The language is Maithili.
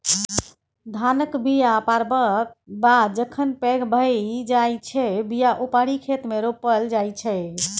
धानक बीया पारबक बाद जखन पैघ भए जाइ छै बीया उपारि खेतमे रोपल जाइ छै